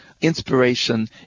inspiration